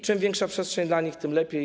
Czym większa przestrzeń dla nich, tym lepiej.